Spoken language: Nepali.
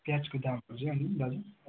प्याजको दामहरू चाहिँ अनि दाजु